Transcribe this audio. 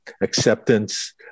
acceptance